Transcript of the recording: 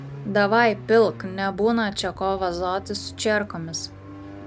davai pilk nebūna čia ko vazotis su čierkomis